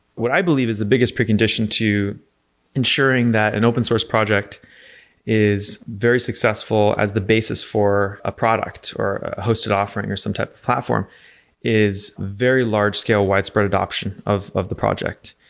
what i believe is the biggest precondition to ensuring that an open source project is very successful as the basis for a product or a hosted offering or some type of platform is very large scale, widespread adoption of of the project,